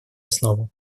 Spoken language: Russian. основу